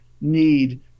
need